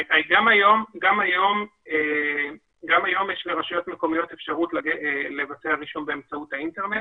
גם היום יש לרשויות מקומיות אפשרות לבצע רישום באמצעות האינטרנט